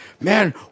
Man